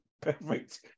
perfect